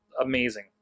amazing